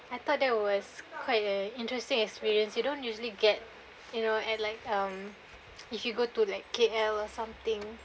I thought that was quite a interesting experience you don't usually get you know and like (um)if you go to like K_L or something